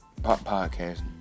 Podcasting